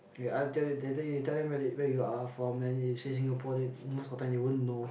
kay that you tell them where where you are from and if you say Singapore then most of the time they won't know